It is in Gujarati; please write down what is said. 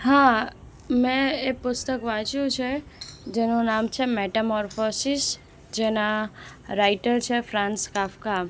હા મેં એ પુસ્તક વાંચ્યુ છે જેનું નામ છે મેટા મોર્ફોસિસ જેના રાઇટર છે ફ્રાન્સ કાફકા